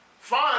fine